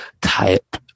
type